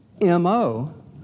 MO